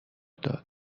داد